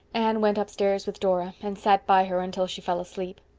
anne went upstairs with dora and sat by her until she fell asleep.